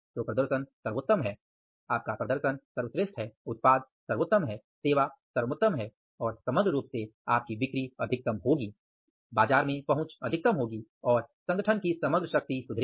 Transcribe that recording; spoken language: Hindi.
तो प्रदर्शन सर्वोत्तम है उत्पाद सर्वोत्तम है सेवा सर्वोत्तम है और समग्र रूप से आपकी बिक्री अधिकतम होगी बाज़ार में पहुँच अधिकतम होगी और संगठन की समग्र शक्ति सुधरेगी